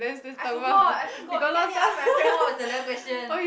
I forgot I forgot maybe I need to ask my friend what was the level question